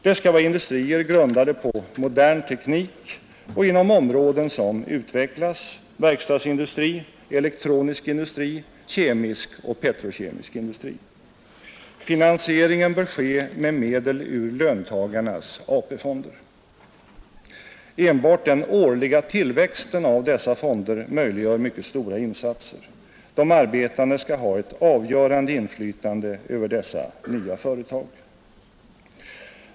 Det skall vara industrier grundade på modern teknik och inom områden som utvecklas — verkstadsindustri, elektronisk industri, kemisk och petrokemisk industri. Finansieringen bör ske med medel ur löntagarnas AP-fonder. Enbart den årliga tillväxten av dessa fonder möjliggör mycket stora insatser. De arbetande skall ha ett avgörande inflytande över dessa nya företag.